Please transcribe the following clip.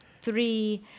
three